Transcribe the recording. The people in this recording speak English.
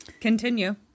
Continue